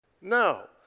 No